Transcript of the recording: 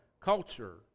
culture